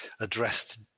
addressed